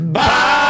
bye